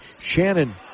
Shannon